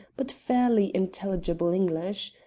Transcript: but fairly intelligible, english.